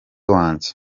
wanjye